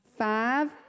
Five